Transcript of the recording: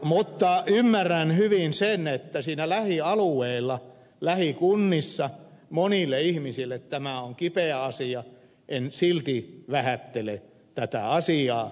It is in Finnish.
mutta ymmärrän hyvin sen että siinä lähialueilla lähikunnissa monille ihmisille tämä on kipeä asia en silti vähättele tätä asiaa